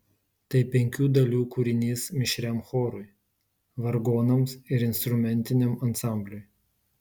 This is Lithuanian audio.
tai penkių dalių kūrinys mišriam chorui vargonams ir instrumentiniam ansambliui